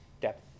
depth